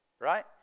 Right